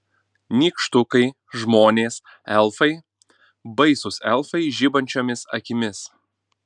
nykštukai žmonės elfai baisūs elfai žibančiomis akimis